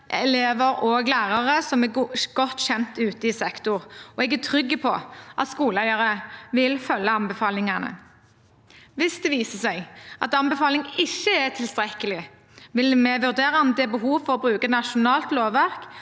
elever og lærere som er godt kjent ute i sektoren. Jeg er trygg på at skoleeierne vil følge anbefalingene. Hvis det viser seg at anbefaling ikke er tilstrekkelig, vil vi vurdere om det er behov for å bruke nasjonalt lovverk